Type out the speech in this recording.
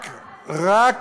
רק אל תהיי אישה,